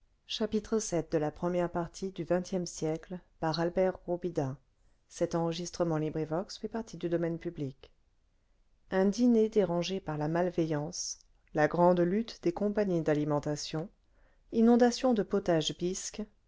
un dîner dérangé par la malveillance la grande lutte des compagnies d'alimentation inondation de potage bisque